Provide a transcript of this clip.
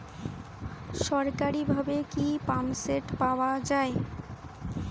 সরকারিভাবে কি পাম্পসেট পাওয়া যায়?